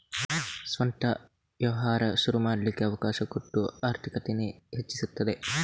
ಸ್ವಂತ ವ್ಯವಹಾರ ಶುರು ಮಾಡ್ಲಿಕ್ಕೆ ಅವಕಾಶ ಕೊಟ್ಟು ಆರ್ಥಿಕತೇನ ಹೆಚ್ಚಿಸ್ತದೆ